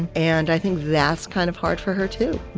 and i think that's kind of hard for her too